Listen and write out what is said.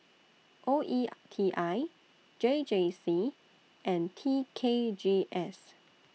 O E T I J J C and T K G S